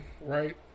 right